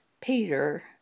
Peter